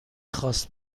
خواست